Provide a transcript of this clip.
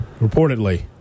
Reportedly